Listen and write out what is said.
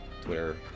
Twitter